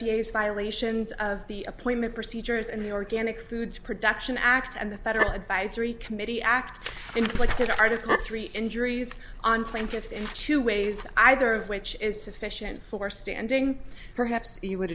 a violations of the appointment procedures and the organic food production act and the federal advisory committee act like that article three injuries on plaintiffs in two ways either of which is sufficient for standing perhaps you would